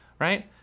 right